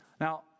Now